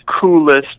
coolest